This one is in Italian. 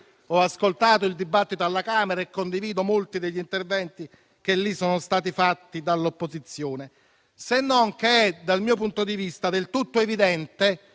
ho ascoltato il dibattito alla Camera dei deputati e condivido molti degli interventi che lì sono stati fatti dall'opposizione, se non che, dal mio punto di vista, è del tutto evidente